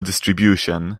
distribution